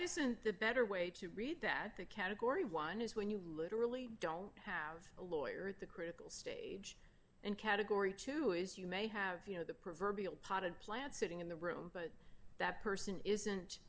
isn't the better way to read that the category one is when you literally don't have a lawyer at the critical stage and category two is you may have you know the proverbial potted plant sitting in the room but that person isn't